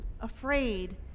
afraid